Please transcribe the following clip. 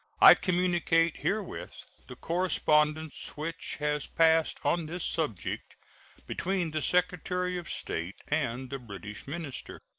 i communicate herewith the correspondence which has passed on this subject between the secretary of state and the british minister.